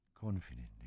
confidently